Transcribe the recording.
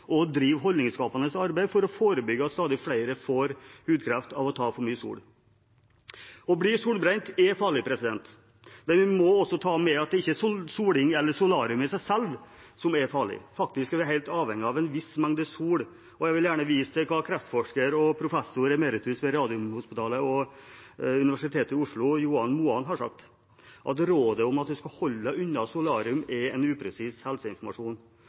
drive holdningsskapende arbeid for å forebygge at stadig flere får hudkreft som følge av for mye sol. Å bli solbrent er farlig, men vi må også ta med at det ikke er soling eller solarium i seg selv som er farlig. Faktisk er vi helt avhengige av en viss mengde sol. Jeg vil gjerne vise til hva kreftforsker og professor emeritus ved Radiumhospitalet og Universitetet i Oslo, Johan Moan, har sagt: «Rådet om at du bør holde deg unna solarium er upresis helseinformasjon.»